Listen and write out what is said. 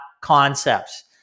concepts